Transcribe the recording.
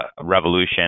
revolution